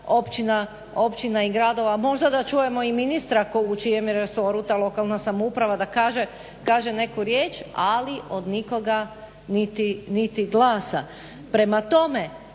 općina, i gradova. Možda da čujemo i ministra u čijem je resoru ta lokalna samouprava da kaže neku riječ ali od nikoga niti glasa. Prema tome